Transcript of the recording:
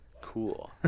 Cool